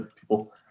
people